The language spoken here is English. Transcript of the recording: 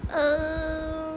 um